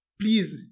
please